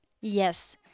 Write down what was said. Yes